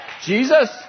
Jesus